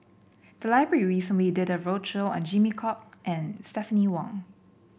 the library recently did a roadshow on Jimmy Chok and Stephanie Wong